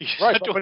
Right